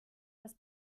das